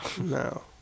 No